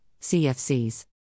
CFCs